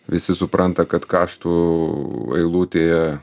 visi supranta kad kaštų eilutėje